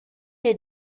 les